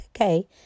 okay